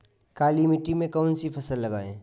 काली मिट्टी में कौन सी फसल लगाएँ?